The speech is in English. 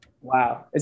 Wow